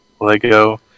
Lego